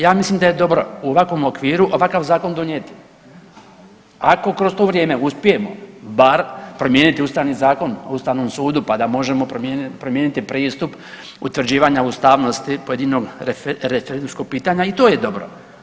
Ja mislim da je dobro u ovakvom okviru ovakav zakon donijet, ako kroz to vrijeme uspijemo bar promijeniti Ustavni zakon o Ustavnom sudu pa da možemo promijeniti pristup utvrđivanja ustavnosti pojedinog referendumskog pitanja i to je dobro.